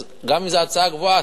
אז גם אם זו ההצעה הגבוהה,